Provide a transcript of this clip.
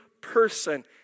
person